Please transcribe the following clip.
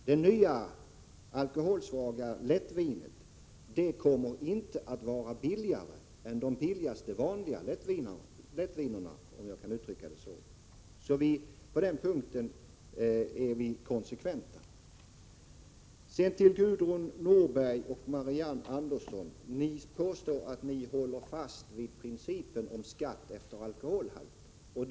Det nya alkoholsvaga lättvinet kommer inte att vara billigare än de billigaste vanliga lättvinerna, om jag kan uttrycka det så. Vi är alltså konsekventa. Så till Gudrun Norberg och Marianne Andersson. Ni påstår att ni håller fast vid principen om skatt efter alkoholhalt.